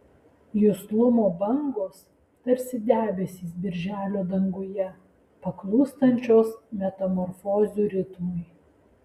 juslumo bangos tarsi debesys birželio danguje paklūstančios metamorfozių ritmui